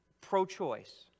pro-choice